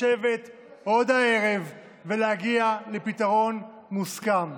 לשבת עוד הערב ולהגיע לפתרון מוסכם.